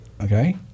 Okay